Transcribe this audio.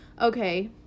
okay